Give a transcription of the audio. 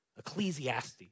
Ecclesiastes